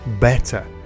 better